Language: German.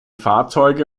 fahrzeuge